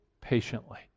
patiently